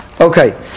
Okay